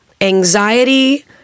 anxiety